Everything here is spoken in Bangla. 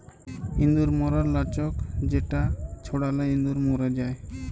ইঁদুর ম্যরর লাচ্ক যেটা ছড়ালে ইঁদুর ম্যর যায়